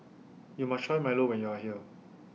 YOU must Try Milo when YOU Are here